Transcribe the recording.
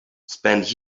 spent